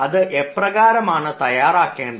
അത് എപ്രകാരമാണ് തയ്യാറാക്കേണ്ടത്